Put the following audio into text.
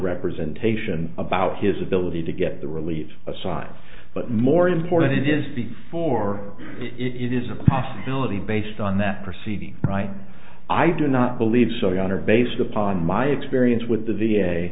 representation about his ability to get the relief aside but more important it is before it is a possibility based on that proceeding right i do not believe so we honor based upon my experience with the v a